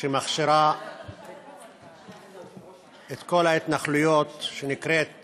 שמכשירה את כל ההתנחלויות, שנקראת